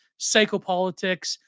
Psychopolitics